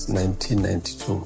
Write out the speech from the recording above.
1992